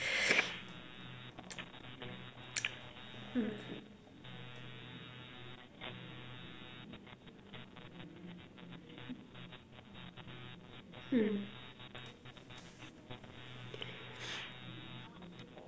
hmm hmm